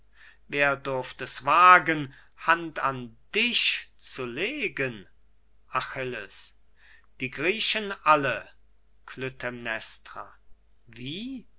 wer durft es wagen hand an dich zu legen achilles die griechen alle klytämnestra wie